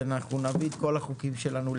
ואנחנו נביא את כל החוקים שלנו להצבעות.